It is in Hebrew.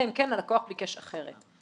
אלא אם כן הלקוח ביקש אחרת.